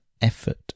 effort